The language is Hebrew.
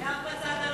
אתה גר בצד הלא נכון.